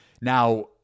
Now